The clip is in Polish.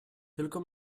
tylko